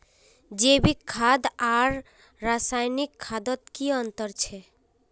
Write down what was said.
जैविक खाद आर रासायनिक खादोत की अंतर छे?